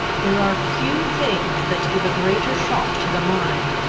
there are few things that give a greater shock to the mind,